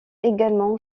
également